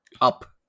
up